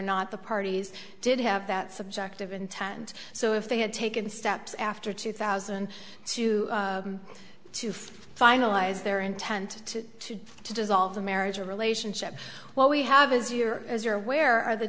not the parties did have that subjective intent so if they had taken steps after two thousand and two to finalize their intent to to to dissolve the marriage or relationship what we have is your as you're aware are the